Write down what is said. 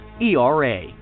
ERA